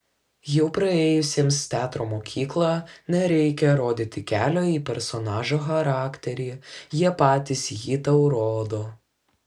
jau praėjusiems teatro mokyklą nereikia rodyti kelio į personažo charakterį jie patys jį tau rodo